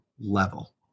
level